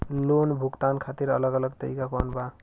Loan भुगतान खातिर अलग अलग तरीका कौन बा?